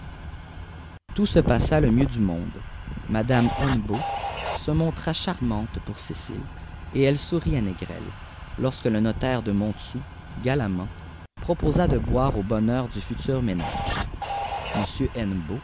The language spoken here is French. tout se passa le mieux du monde madame hennebeau se montra charmante pour cécile et elle sourit à négrel lorsque le notaire de montsou galamment proposa de boire au bonheur du futur ménage